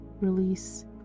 release